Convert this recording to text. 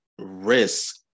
risk